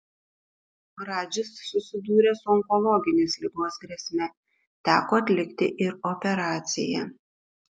radžis susidūrė su onkologinės ligos grėsme teko atlikti ir operaciją